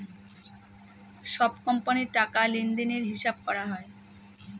সব কোম্পানির টাকা লেনদেনের হিসাব করা হয়